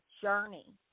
journey